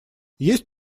есть